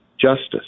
justice